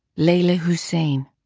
leyla hussein,